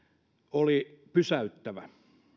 oli pysäyttävä